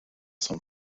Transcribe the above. sont